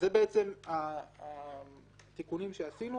אלה התיקונים שעשינו